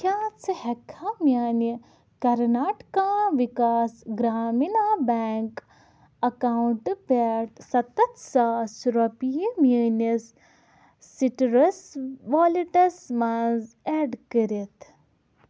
کیٛاہ ژٕ ہٮ۪ککھا میٛانہِ کرناٹکا وِکاس گرٛامیٖنا بیٚنٛک اٮ۪کاونٹ پٮ۪ٹھ سَتتھ ساس رۄپیہٕ میٛٲنِس سِٹرس والیٹَس منٛز اٮ۪ڈ کٔرِتھ